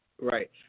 Right